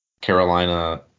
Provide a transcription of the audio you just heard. Carolina